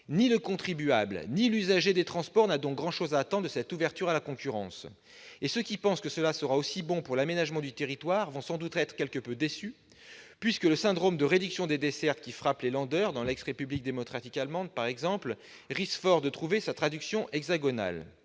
Ni le contribuable ni l'usager des transports n'ont donc grand-chose à attendre de cette ouverture à la concurrence. Quant à ceux qui en attendent des effets bénéfiques pour l'aménagement du territoire, ils seront sans doute quelque peu déçus, puisque le syndrome de réduction des dessertes frappant les de l'ex-République démocratique allemande, par exemple, risque fort de trouver sa traduction hexagonale.